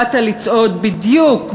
באת לצעוד בדיוק,